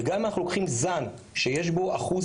וגם אם אנחנו לוקחים זן שיש בו אחוז